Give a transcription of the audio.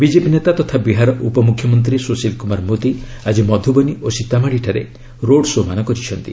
BJP ନେତା ତଥା ବିହାର ଉପମୁଖ୍ୟମନ୍ତ୍ରୀ ସୁଶୀଲ କୁମାର ମୋଦୀ ଆଜି ମଧୁବନୀ ଓ ସୀତାମାଢ଼ି ଠାରେ ରୋଡ୍ ଶୋ ମାନ କରିଛନ୍ତି